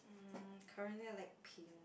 um currently I like pink